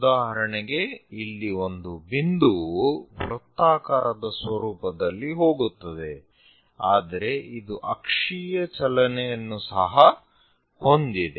ಉದಾಹರಣೆಗೆ ಇಲ್ಲಿ ಒಂದು ಬಿಂದುವು ವೃತ್ತಾಕಾರದ ಸ್ವರೂಪದಲ್ಲಿ ಹೋಗುತ್ತದೆ ಆದರೆ ಇದು ಅಕ್ಷೀಯ ಚಲನೆಯನ್ನು ಸಹ ಹೊಂದಿದೆ